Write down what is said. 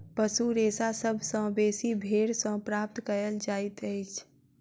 पशु रेशा सभ सॅ बेसी भेंड़ सॅ प्राप्त कयल जाइतअछि